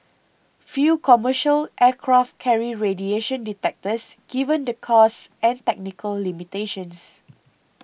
few commercial aircraft carry radiation detectors given the costs and technical limitations